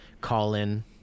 call-in